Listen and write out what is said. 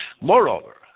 Moreover